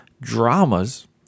dramas